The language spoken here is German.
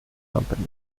company